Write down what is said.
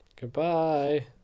goodbye